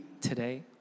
today